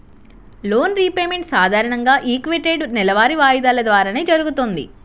loan repayment సాధారణంగా equated నెలవారీ వాయిదాల ద్వారానే జరుగుతది